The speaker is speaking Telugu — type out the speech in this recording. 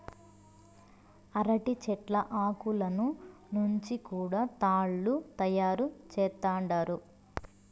అరటి చెట్ల ఆకులను నుంచి కూడా తాళ్ళు తయారు చేత్తండారు